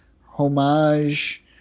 homage